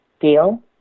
Deal